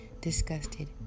disgusted